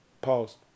Pause